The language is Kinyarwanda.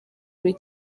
buri